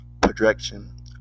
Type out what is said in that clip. projection